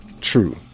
true